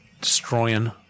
destroying